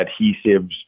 adhesives